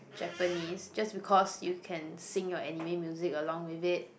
Japanese just because you can sing your anime Music along with it